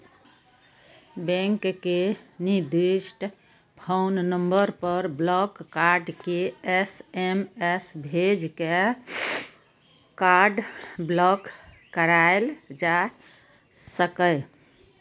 bank के निर्दिष्ट phone number पर ब्लॉक कार्ड के एस.एम.एस भेज के कार्ड ब्लॉक कराएल जा सकैए